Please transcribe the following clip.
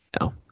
No